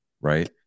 right